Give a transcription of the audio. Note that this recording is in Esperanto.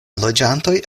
loĝantoj